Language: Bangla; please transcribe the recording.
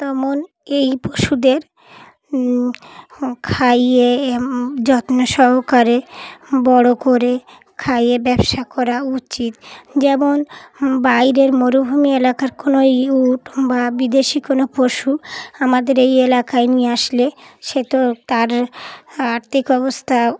তেমন এই পশুদের খাইয়ে যত্ন সহকারে বড়ো করে খাইয়ে ব্যবসা করা উচিত যেমন বাইরের মরুভূমি এলাকার কোনোই উট বা বিদেশি কোনো পশু আমাদের এই এলাকায় নিয়ে আসলে সে তো তার আর্থিক অবস্থা